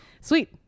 Sweet